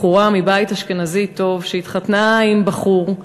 בחורה מבית אשכנזי טוב שהתחתנה עם בחור,